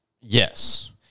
Yes